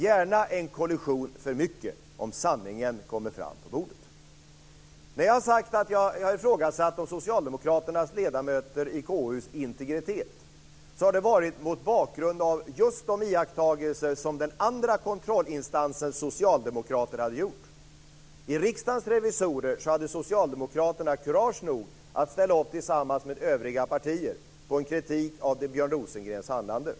Gärna en kollision för mycket, bara sanningen kommer fram på bordet så att säga. När jag ifrågasatt integriteten hos de socialdemokratiska ledamöterna i KU har jag sagt det mot bakgrund av just de iakttagelser som den andra kontrollinstansens socialdemokrater gjort. I Riksdagens revisorer hade socialdemokraterna kurage nog att tillsammans med övriga partier ställa upp på en kritik mot Björn Rosengrens handlande.